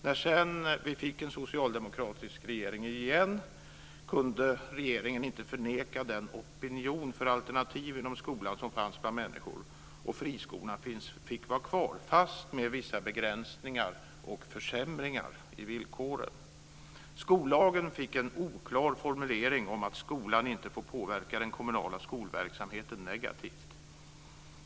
När vi sedan fick en socialdemokratisk regering igen kunde den inte förneka den opinion för alternativ inom skolan som fanns bland människor, och friskolorna fick vara kvar, fast med vissa begränsningar och försämringar i villkoren. Skollagen fick en oklar formulering om att skolan inte får påverka den kommunala skolverksamheten negativt.